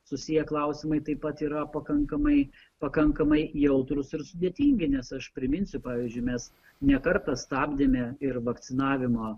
susiję klausimai taip pat yra pakankamai pakankamai jautrūs ir sudėtingi nes aš priminsiu pavyzdžiui mes ne kartą stabdėme ir vakcinavimą